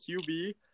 QB